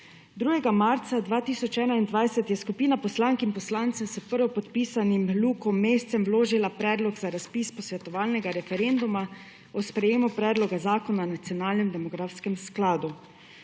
2. marca 2021 je skupina poslank in poslancev s prvopodpisanim Lukom Mescem vložila predlog za razpis posvetovalnega referenduma o sprejemu predloga zakona o nacionalnem demografskem skladu